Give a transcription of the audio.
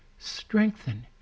strengthen